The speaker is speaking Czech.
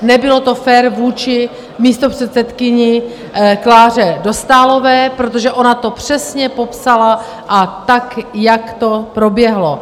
Nebylo to fér vůči místopředsedkyni Kláře Dostálové, protože ona to přesně popsala tak, jak to proběhlo.